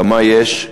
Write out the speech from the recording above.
כמה יש,